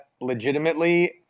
legitimately